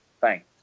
Thanks